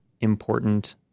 important